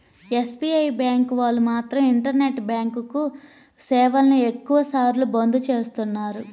SBI bank వాళ్ళు మాత్రం internet banking సేవలను ఎక్కువ సార్లు బంద్ చేస్తున్నారు